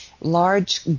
large